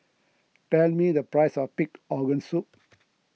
tell me the price of Pig Organ Soup